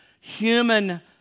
human